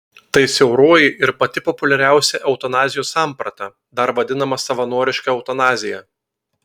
tai siauroji ir pati populiariausia eutanazijos samprata dar vadinama savanoriška eutanazija